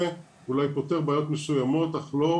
אם כי מיד אנחנו נשמע על דברים יפים וטובים